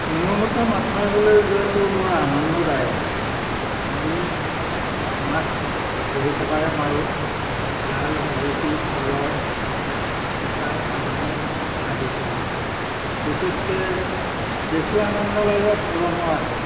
মোৰ মতে মাছ মাৰিবলৈ যোৱাটো বৰ আনন্দদায়ক আমি মাছ বহু প্ৰকাৰে মাৰোঁ জাল জুলুকি পলহ জকাই চালনী আদি কৰি বিশেষকে বেছি আনন্দ লাগে পলহ মৰাটো